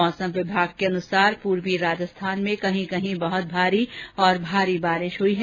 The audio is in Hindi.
मौसम विभाग के अनुसार पूर्वी राजस्थान में कहीं कहीं बहुत भारी और भारी बारिश हुई है